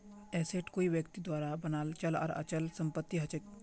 asset कोई व्यक्तिर द्वारा बनाल चल आर अचल संपत्ति हछेक